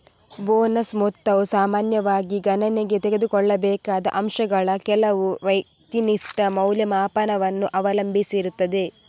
bonus ಮೊತ್ತವು ಸಾಮಾನ್ಯವಾಗಿ ಗಣನೆಗೆ ತೆಗೆದುಕೊಳ್ಳಬೇಕಾದ ಅಂಶಗಳ ಕೆಲವು ವ್ಯಕ್ತಿನಿಷ್ಠ ಮೌಲ್ಯಮಾಪನವನ್ನು ಅವಲಂಬಿಸಿರುತ್ತದೆ